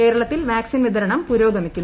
കേരളത്തിൽ വാക്സിൻ വിതരണം പുരോഗമിക്കുന്നു